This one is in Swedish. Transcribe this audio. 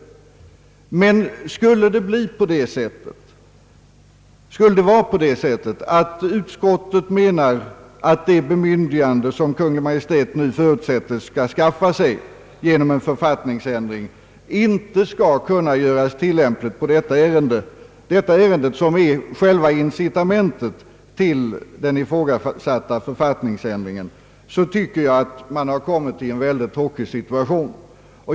Om utskottet emellertid menar att det bemyndigande som Kungl. Maj:t nu förutsättes skaffa sig genom en författningsändring inte skall kunna göras tillämpligt på detta ärende — detta ärende som är själva incitamentet på den ifrågasatta författningsändringen — tycker jag att man har kommit i en mycket tråkig situation.